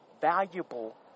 valuable